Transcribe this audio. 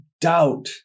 doubt